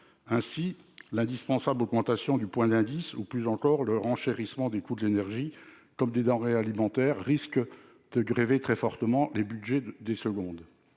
ainsi l'indispensable augmentation du point d'indice ou plus encore le renchérissement du coût de l'énergie, comme des denrées alimentaires risque de du rêver très fortement les Budgets des secondes